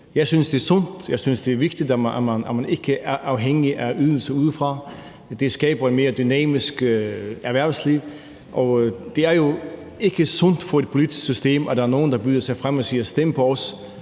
jeg synes, det er vigtigt, at man ikke er afhængig af ydelser udefra. Det skaber et mere dynamisk erhvervsliv, og det er jo ikke sundt for et politisk system, at der er nogle, der byder sig til og siger, at stem på os,